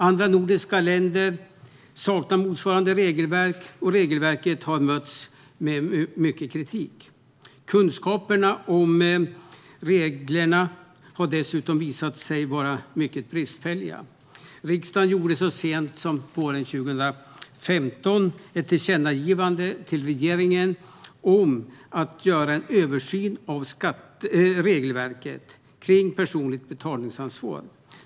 Andra nordiska länder saknar motsvarande regelverk, och regelverket har mötts av mycket kritik. Kunskaperna om reglerna har dessutom visat sig vara mycket bristfälliga. Riksdagen gjorde så sent som våren 2015 ett tillkännagivande till regeringen om att göra en översyn av regelverket kring personligt betalningsansvar.